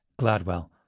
Gladwell